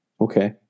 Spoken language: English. Okay